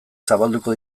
zabalduko